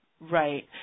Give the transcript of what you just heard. Right